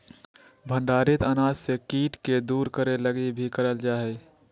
भंडारित अनाज से कीट के दूर करे लगी भी करल जा हइ